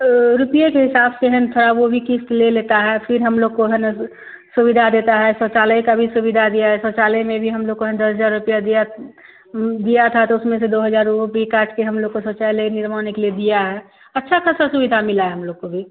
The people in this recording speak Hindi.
तो रुपये के हिसाब से है ना थोड़ा वह भी किस्त ले लेता है फिर हम लोग को है ना सुविधा देता है शौचालय का भी सुविधा दिया है शौचालय में भी हमलोग को दस हज़ार रुपया दिया दिया था तो उसमें से दो हज़ार वह भी काटकर हमलोग को शौचालय निर्माण के लिए दिया है अच्छी खासी सुविधा मिली है हमलोग को भी